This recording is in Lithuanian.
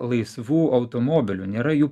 laisvų automobilių nėra jų